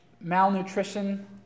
malnutrition